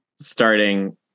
starting